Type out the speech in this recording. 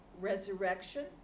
resurrection